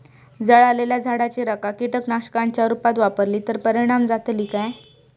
जळालेल्या झाडाची रखा कीटकनाशकांच्या रुपात वापरली तर परिणाम जातली काय?